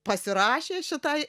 pasirašė šitai